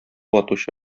атучы